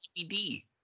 DVD